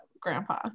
grandpa